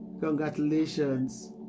congratulations